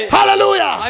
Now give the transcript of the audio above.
Hallelujah